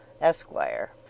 Esquire